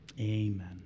amen